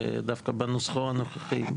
ודווקא בנוסחו הנוכחי,